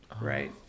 Right